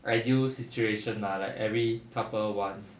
ideal situation lah like every couple wants